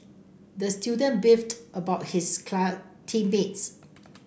the student beefed about his team mates